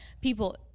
people